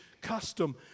custom